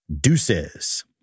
deuces